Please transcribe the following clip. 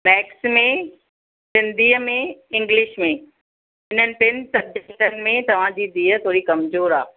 max में सिंधीअ में इंगलिश में हिननि टिन सबजेक्टनि में तव्हांजी धीअ थोड़ी कमज़ोरु आहे